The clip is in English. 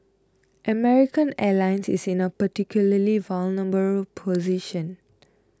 American Airlines is in a particularly vulnerable position